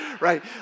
right